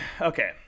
Okay